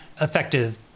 effective